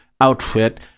outfit